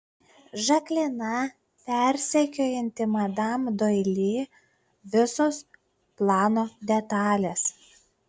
žaklina persekiojanti madam doili visos plano detalės